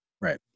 Right